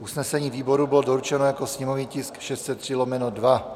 Usnesení výboru bylo doručeno jako sněmovní tisk 603/2.